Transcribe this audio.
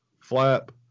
flap